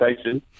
station